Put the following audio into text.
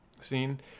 scene